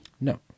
no